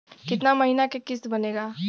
कितना महीना के किस्त बनेगा?